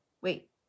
wait